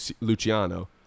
Luciano